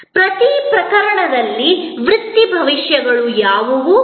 ಪ್ರತಿ ಪ್ರಕರಣದಲ್ಲಿ ವೃತ್ತಿ ಭವಿಷ್ಯಗಳು ಯಾವುವು